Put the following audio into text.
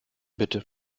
bitte